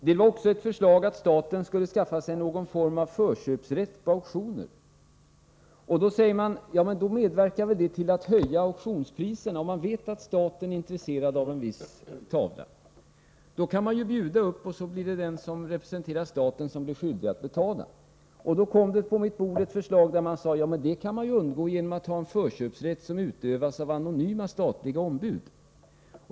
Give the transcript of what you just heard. Det fanns också ett förslag att staten skulle skaffa sig någon form av förköpsrätt på auktioner. Det har sagts att det skulle medverka till att höja auktionspriserna. Om man vet att staten är intresserad av en viss tavla kan man fortsätta att bjuda, och sedan blir det den som representerar staten som är skyldig att betala. Då kom det på mitt bord ett förslag om att man kunde undgå detta genom att förköpsrätten utövades av anonyma statliga ombud.